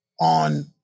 on